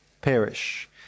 perish